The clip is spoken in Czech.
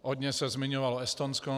Hodně se zmiňovalo Estonsko.